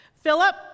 Philip